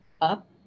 up